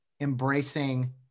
embracing